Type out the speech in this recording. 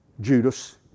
Judas